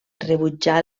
rebutjà